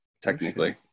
Technically